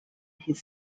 his